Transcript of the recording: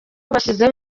bashyizeho